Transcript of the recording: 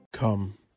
Come